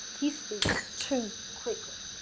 he speaks too quickly